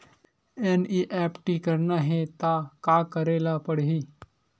NEFT करना हे त का करे ल पड़हि?